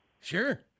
Sure